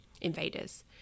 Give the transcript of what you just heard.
invaders